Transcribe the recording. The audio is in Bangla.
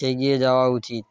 এগিয়ে যওয়া উচিত